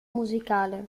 musicale